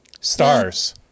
Stars